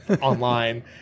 online